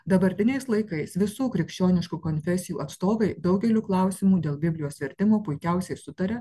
dabartiniais laikais visų krikščioniškų konfesijų atstovai daugeliu klausimų dėl biblijos vertimo puikiausiai sutaria